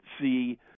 see –